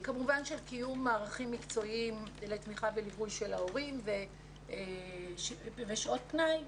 כמובן שקיום מערכים מקצועיים לתמיכה וליווי של ההורים ושעות פנאי.